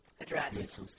address